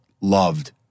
loved